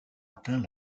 atteint